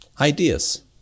Ideas